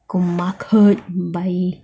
go market buy